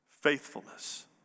faithfulness